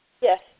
Yes